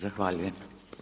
Zahvaljujem.